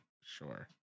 sure